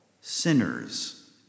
sinners